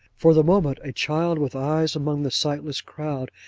for the moment, a child with eyes, among the sightless crowd,